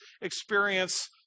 experience